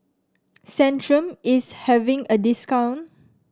Centrum is having a discount